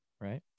right